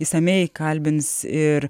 išsamiai kalbins ir